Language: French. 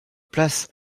place